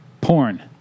porn